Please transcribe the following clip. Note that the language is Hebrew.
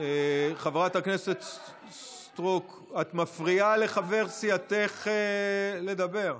חברת הכנסת סטרוק, את מפריעה לחבר סיעתך לדבר.